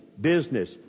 Business